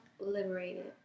liberated